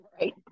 Right